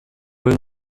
will